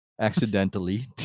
accidentally